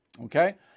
Okay